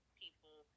people